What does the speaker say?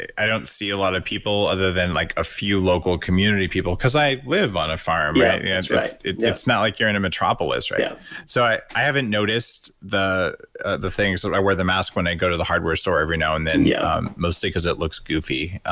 i don't see a lot of people other than like a few local community people because i live on a farm yeah and it's not like you're in a metropolis. yeah so i i haven't noticed the the things. so i wear the mask when i go to the hardware store every now and then yeah mostly because it looks goofy,